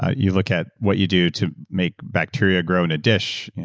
ah you look at what you do to make bacteria grow in a dish,